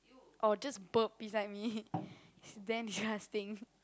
or just burp beside me damn disgusting